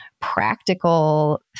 practical